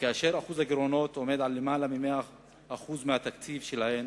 כאשר שיעור הגירעונות הוא יותר מ-100% של התקציב שלהן,